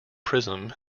prism